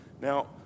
Now